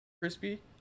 Crispy